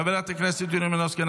חברת הכנסת יוליה מלינובסקי,